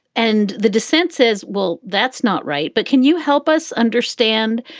and the dissent says, well, that's not right, but can you help us understand?